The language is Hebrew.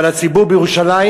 אבל הציבור בירושלים,